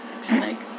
snake